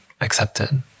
accepted